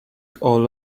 all